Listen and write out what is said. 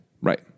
Right